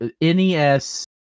NES